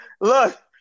look